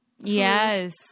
Yes